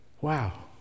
wow